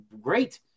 great